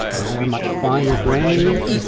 and they are much finer-grained,